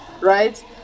right